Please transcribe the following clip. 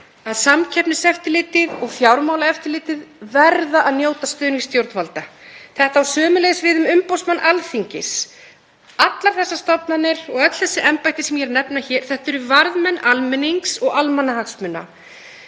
Að Samkeppniseftirlitið og Fjármálaeftirlitið verða að njóta stuðnings stjórnvalda. Þetta á sömuleiðis við um umboðsmann Alþingis. Allar þær stofnanir og embætti sem ég nefni hér eru varðmenn almennings og almannahagsmuna.